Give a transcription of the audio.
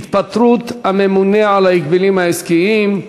התפטרות הממונה על ההגבלים העסקיים,